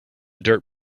dirt